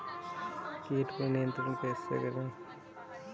कीट पर नियंत्रण कैसे करें?